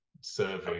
serving